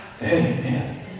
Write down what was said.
Amen